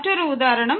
மற்றொரு உதாரணம்